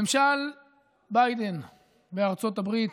ממשל ביידן בארצות הברית,